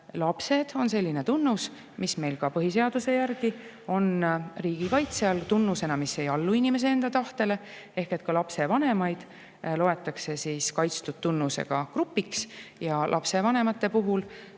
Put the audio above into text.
lapsed on selline tunnus, mis meil põhiseaduse järgi on riigi kaitse all tunnusena, mis ei allu inimese enda tahtele, ehk ka lapsevanemaid loetakse kaitstud grupiks. Ja lapsevanemate puhul